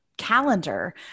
calendar